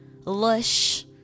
lush